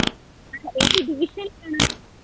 ഏത് ഡിവിഷൻലാണ്